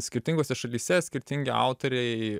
skirtingose šalyse skirtingi autoriai